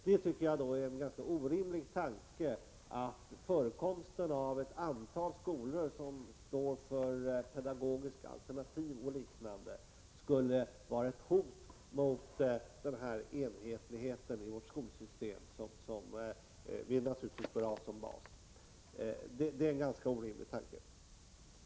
Jag tycker att det är en ganska orimlig tanke att förekomsten av ett antal skolor som står för pedagogiskt alternativ skulle vara ett hot mot den enhetlighet i skolsystemet som vi naturligtvis bör ha som bas.